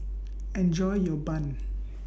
Enjoy your Bun